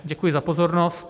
Děkuji za pozornost.